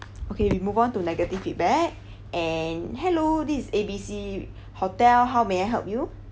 okay we move on to negative feedback and hello this is A B C hotel how may I help you